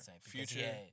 Future